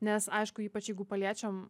nes aišku ypač jeigu paliečiam